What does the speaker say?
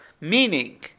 meaning